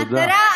תודה.